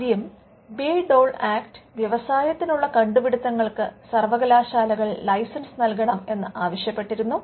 ആദ്യം Bayh Dole act വ്യവസായത്തിനുള്ള കണ്ടുപിടുത്തങ്ങൾക് സർവ്വകലാശാലകൾ ലൈസൻസ് നൽകണം എന്ന് ആവശ്യപ്പെട്ടിരുന്നു